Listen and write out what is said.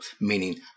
meaning